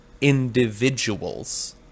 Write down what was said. individuals